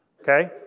Okay